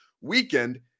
weekend